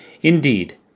Indeed